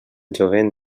jovent